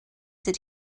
did